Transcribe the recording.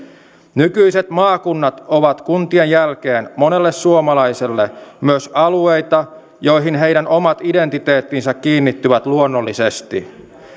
nykyiset maakunnat ovat kuntien jälkeen monelle suomalaiselle myös alueita joihin heidän omat identiteettinsä kiinnittyvät luonnollisesti